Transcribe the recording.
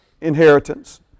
inheritance